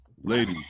Lady